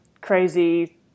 crazy